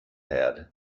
had